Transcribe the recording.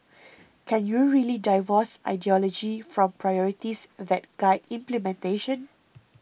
can you really divorce ideology from priorities that guide implementation